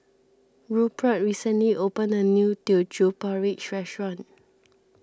Rupert recently opened a new Teochew Porridge restaurant